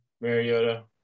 Mariota